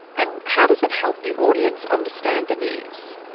and how does it help the audience understand the news?